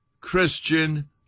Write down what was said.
Christian